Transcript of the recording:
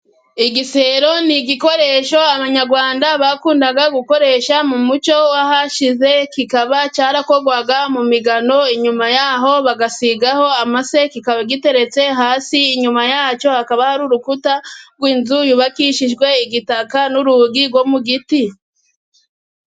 Igisero ni igikoresho abanyarwanda bakundaga gukoresha mu muco w'ahashize, kikaba cyarakorwaga mu migano, inyuma yaho bagasigaho amase, kikaba giteretse hasi, inyuma yacyo hakaba hari urukuta rw'inzu yubakishijwe igitaka n'urugi rwo mu giti.